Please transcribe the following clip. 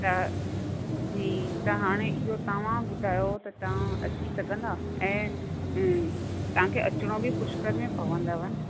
त जी त हाणे इहो तव्हां ॿुधायो त तव्हां अची सघंदा ऐं तव्हां खे अचणो बि पुष्कर में पवंदव